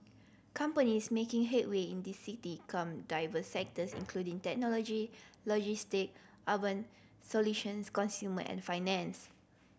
companies making headway in this city come diverse sectors including technology logistic urban solutions consumer and finance